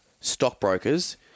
stockbrokers